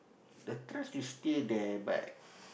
the trust is still there but